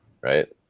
Right